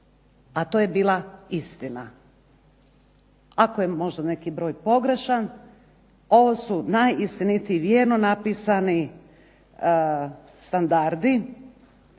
a to je bila istina. Ako je možda neki broj pogrešan, ovo su najistinitiji, vjerno napisani standardi.